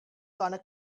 gonna